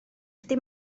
dim